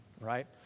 right